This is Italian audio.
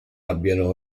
abbiano